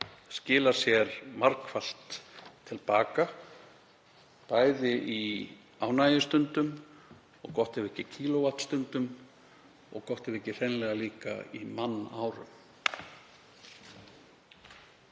skila sér margfalt til baka, bæði í ánægjustundum og jafnvel í kílóvattstundum og gott ef ekki hreinlega líka í mannárum.